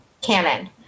canon